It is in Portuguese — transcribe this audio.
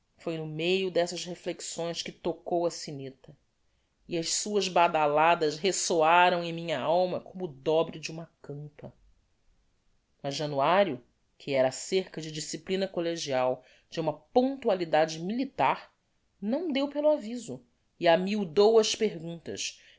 foi no meio dessas reflexões que tocou a sineta e as suas badaladas resoaram em minha alma como o dobre de uma campa mas januario que era acerca de disciplina collegial de uma pontualidade militar não deu pelo aviso e amiudou as perguntas